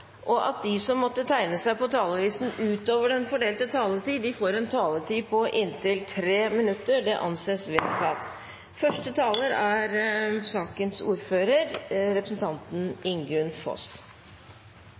og at de som måtte tegne seg på talerlisten utover den fordelte taletid, får en taletid på inntil 3 minutter. – Det anses vedtatt. Farlige klimaendringer er